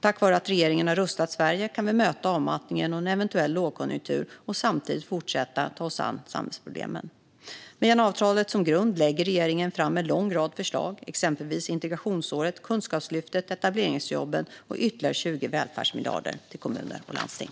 Tack vare att regeringen har rustat Sverige kan vi möta avmattningen och en eventuell lågkonjunktur och samtidigt fortsätta att ta oss an samhällsproblemen. Med januariavtalet som grund lägger regeringen fram en lång rad förslag, exempelvis integrationsåret, Kunskapslyftet, etableringsjobben och ytterligare 20 välfärdsmiljarder till kommuner och landsting.